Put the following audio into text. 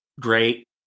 great